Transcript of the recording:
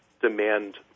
demand